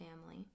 family